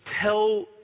tell